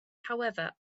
however